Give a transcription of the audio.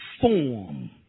form